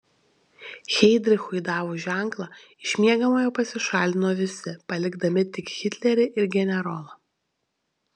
heidrichui davus ženklą iš miegamojo pasišalino visi palikdami tik hitlerį ir generolą